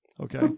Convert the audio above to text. Okay